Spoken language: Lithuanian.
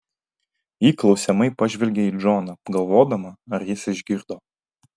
ji klausiamai pažvelgia į džoną galvodama ar jis išgirdo